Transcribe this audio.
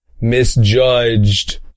misjudged